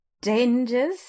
dangers